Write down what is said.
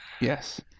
Yes